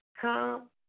Come